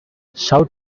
shout